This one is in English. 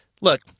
Look